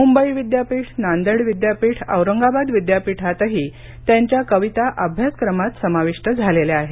मुंबई विद्यापीठ नांदेड विद्यापीठ औरंगाबाद विद्यापीठातही त्यांच्या कविता अभ्यासक्रमात समाविष्ट झालेल्या आहेत